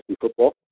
football